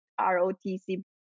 ROTC